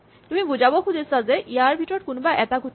তুমি বুজাব খুজিছা যে ইয়াৰ ভিতৰত কোনোৱা এটা ঘটিব